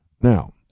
Now